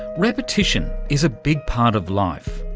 repetition is a big part of life,